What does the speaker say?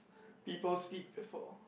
people speak before